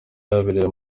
yabereye